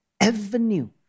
avenue